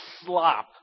slop